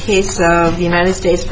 case of the united states